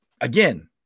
again